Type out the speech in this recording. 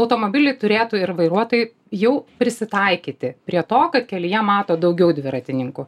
automobilių turėtojai ir vairuotojai jau prisitaikyti prie to kad kelyje mato daugiau dviratininkų